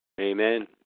Amen